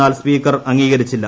എന്നിൽ സ്പീക്കർ അംഗീകരിച്ചില്ല